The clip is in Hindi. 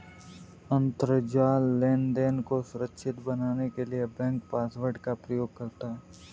अंतरजाल लेनदेन को सुरक्षित बनाने के लिए बैंक पासवर्ड का प्रयोग करता है